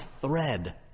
thread